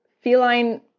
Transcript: Feline